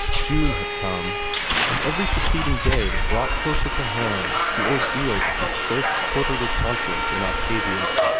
june had come and every succeeding day brought closer to hand the ordeal of his first quarterly conference in octavius.